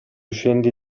scendi